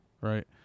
right